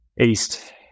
east